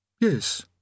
Yes